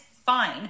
Fine